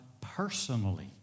personally